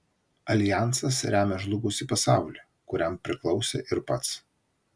aljansas remia žlugusį pasaulį kuriam priklausė ir pats